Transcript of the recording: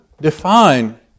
define